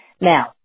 Now